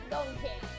Donkey